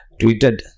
tweeted